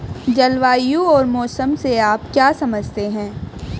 जलवायु और मौसम से आप क्या समझते हैं?